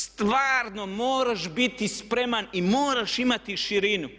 Stvarno moraš biti spreman i moraš imati širinu.